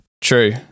True